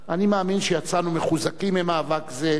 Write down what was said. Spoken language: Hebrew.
אני מאמין שיצאנו מחוזקים ממאבק זה,